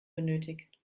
benötigt